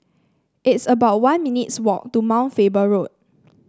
it's about one minutes walk to Mount Faber Road